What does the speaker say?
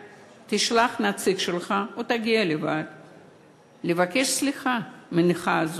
נציג שלך, או שתגיע לבקש סליחה מהנכה הזאת.